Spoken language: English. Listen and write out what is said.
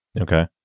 Okay